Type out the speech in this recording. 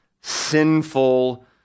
sinful